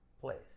place